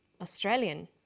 Australian